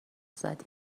زدی